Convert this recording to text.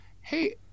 Hey